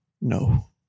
No